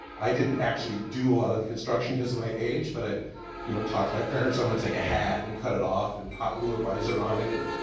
i didn't actually do a lot of the construction, cause of my age, but i you know talked to my parents. i want to take a hat and cut it off, and hot glue a visor on it, and